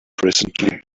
presently